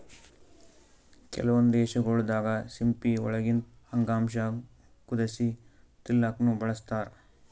ಕೆಲವೊಂದ್ ದೇಶಗೊಳ್ ದಾಗಾ ಸಿಂಪಿ ಒಳಗಿಂದ್ ಅಂಗಾಂಶ ಕುದಸಿ ತಿಲ್ಲಾಕ್ನು ಬಳಸ್ತಾರ್